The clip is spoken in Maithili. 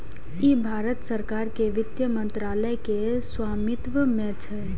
ई भारत सरकार के वित्त मंत्रालय के स्वामित्व मे छै